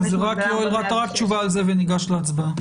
אז רק תשובה על זה וניגש להצבעה.